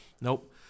nope